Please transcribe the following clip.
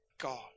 God